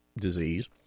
disease